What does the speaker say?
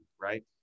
right